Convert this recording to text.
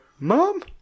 Mom